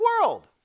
world